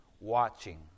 watching